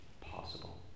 possible